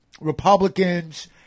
Republicans